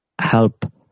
help